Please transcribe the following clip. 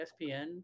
ESPN